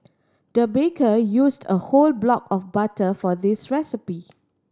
the baker used a whole block of butter for this recipe